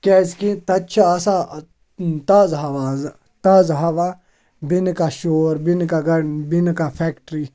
کیٛازِکہِ تَتہِ چھِ آسان تازٕ ہَوا تازٕ ہَوا بیٚنہِ کانٛہہ شور بیٚیہِ نہٕ کانٛہہ بیٚنہِ نہٕ کانٛہہ فٮ۪کٹِرٛی